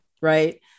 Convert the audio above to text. Right